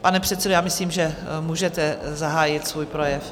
Pane předsedo, myslím, že můžete zahájit svůj projev.